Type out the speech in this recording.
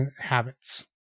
habits